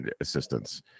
assistance